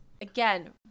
Again